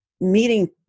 meeting